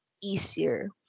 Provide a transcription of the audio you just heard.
easier